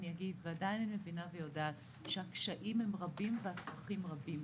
ועדיין אני מבינה ויודעת שהקשיים הם רבים והצרכים רבים.